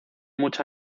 mucha